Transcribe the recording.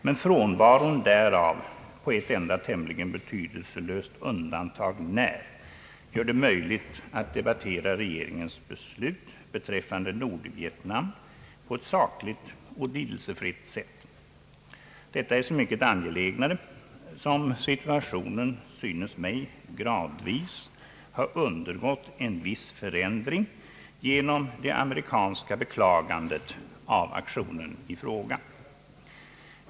Men frånvaron därav — på ett enda, tämligen betydelselöst undantag när — gör det möjligt att debattera regeringens beslut beträffande Nordvietnam på ett sakligt och lidelsefritt sätt. Detta är så mycket angelägnare som situationen synes mig gradvis ha undergått en viss förändring genom det amerikanska beklagandet av aktionen i fråga.